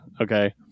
Okay